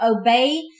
obey